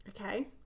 Okay